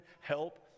help